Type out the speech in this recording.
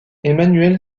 emmanuel